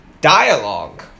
dialogue